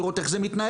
לראות איך זה מתנהל,